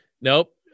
Nope